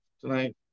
tonight